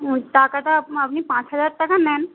টাকাটা আপনি পাঁচ হাজার টাকা নিন